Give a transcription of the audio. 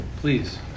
please